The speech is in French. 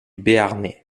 béarnais